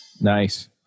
Nice